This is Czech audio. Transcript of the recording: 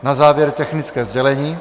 Na závěr technické sdělení.